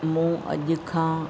मूं अॼ खां